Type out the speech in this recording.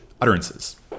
utterances